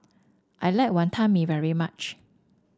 I like Wantan Mee very much